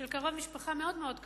של קרוב משפחה מאוד-מאוד קרוב.